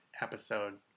episode